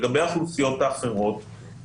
לגבי האוכלוסיות האחרות,